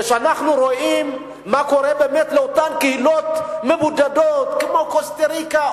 ואנחנו רואים מה קורה לאותן קהילות מבודדות כמו בקוסטה-ריקה,